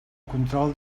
control